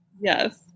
Yes